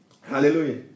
Hallelujah